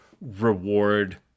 reward